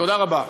תודה רבה.